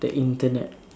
the Internet